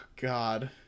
God